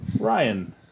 Ryan